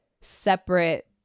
separate